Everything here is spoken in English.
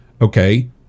Okay